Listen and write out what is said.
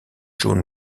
jaune